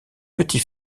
petit